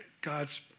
God's